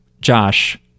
Josh